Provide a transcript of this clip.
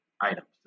items